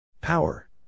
Power